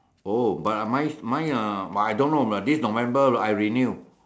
oh but I mine mine uh but I don't know this November I renew